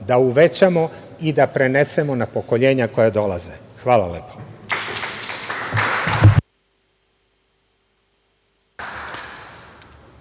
da uvećamo i da prenesemo na pokoljenja koja dolaze. Hvala lepo.